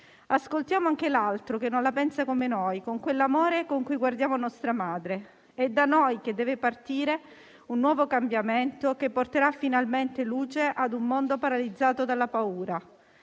Ascoltiamo anche l'altro che non la pensa come noi, con quell'amore con cui guardiamo nostra madre. È da noi che deve partire un nuovo cambiamento, che porterà finalmente luce ad un mondo paralizzato dalla paura.